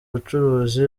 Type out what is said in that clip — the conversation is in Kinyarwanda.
bucuruzi